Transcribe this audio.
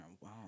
wow